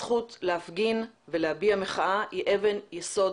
הזכות להפגין ולהביע מחאה היא אבן יסוד